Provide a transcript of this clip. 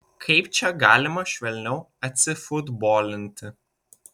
kaip čia galima švelniau atsifutbolinti